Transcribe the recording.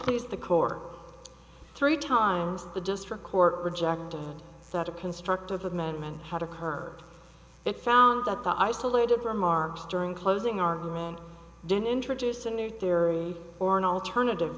some the core three times the district court rejected that a constructive amendment had occurred it found that the isolated remarks during closing argument didn't introduce a new theory or an alternative